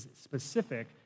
specific